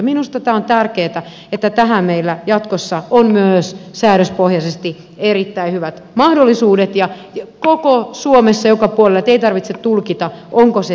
minusta on tärkeätä että tähän meillä jatkossa on myös säädöspohjaisesti erittäin hyvät mahdollisuudet koko suomessa joka puolella ettei tarvitse tulkita onko se sisällä vai ei